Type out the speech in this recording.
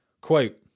Quote